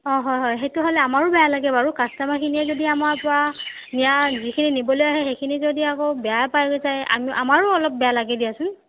অঁ হয় হয় সেইটো হ'লে আমাৰো বেয়া লাগে বাৰু কাষ্টমাৰখিনিয়ে যদি আমাৰ পৰা নিয়া যিখিনি নিবলৈ আহে সেইখিনি যদি আকৌ বেয়া পাই গৈছে আমা আমাৰো অলপ বেয়া লাগে দিয়াচোন